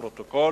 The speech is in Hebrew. לפרוטוקול.